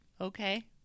Okay